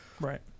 Right